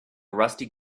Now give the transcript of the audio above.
rusty